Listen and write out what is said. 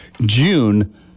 June